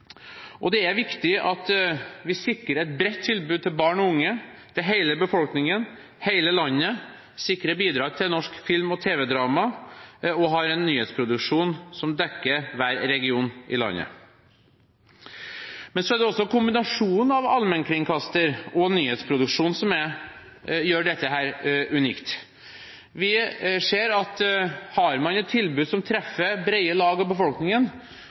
og det er viktig at vi sikrer et bredt tilbud til barn og unge, til hele befolkningen, til hele landet, sikrer bidrag til norsk film og tv-drama og har en nyhetsproduksjon som dekker hver region i landet. Men så er det også kombinasjonen av allmennkringkaster og nyhetsproduksjon som gjør dette unikt. Vi ser at har man et tilbud som treffer brede lag av befolkningen,